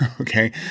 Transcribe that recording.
okay